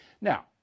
Now